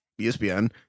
ESPN